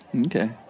Okay